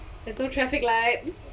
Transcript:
there's no traffic light